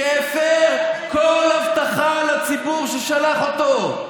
שהפר כל הבטחה לציבור ששלח אותו.